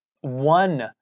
one